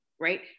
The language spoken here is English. right